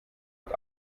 hat